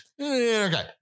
Okay